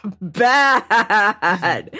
bad